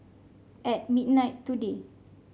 at midnight today